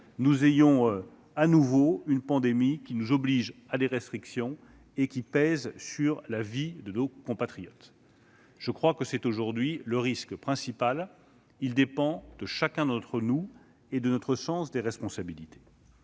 les fêtes de Noël, la pandémie nous oblige de nouveau à des restrictions qui pèseraient sur la vie de nos compatriotes. Je crois que c'est aujourd'hui le risque principal. Il dépend de chacun d'entre nous et de notre sens des responsabilités.